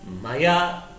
Maya